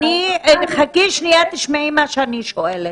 חכי שנייה, תשמעי מה שאני שואלת.